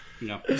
No